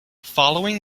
following